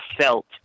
felt